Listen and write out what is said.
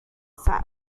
sac